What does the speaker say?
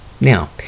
Now